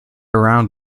around